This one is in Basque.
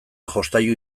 jostailu